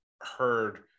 heard